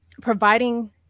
providing